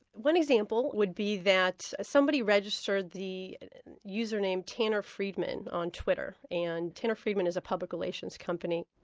one example would be that somebody registered the user name tanner friedman on twitter, and tanner friedman is a public relations company.